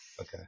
Okay